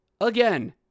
again